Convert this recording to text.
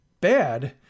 bad